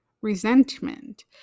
resentment